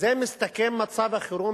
בזה מסתכם מצב החירום,